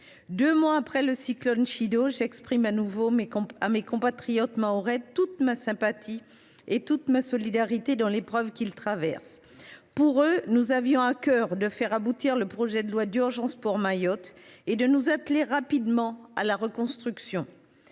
deux mois après le cyclone Chido, j’exprime de nouveau à mes compatriotes mahorais toute ma sympathie et toute ma solidarité dans l’épreuve qu’ils traversent. Pour eux, nous avions à cœur de faire aboutir le projet de loi d’urgence pour Mayotte et de nous atteler rapidement à la reconstruction